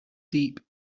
deep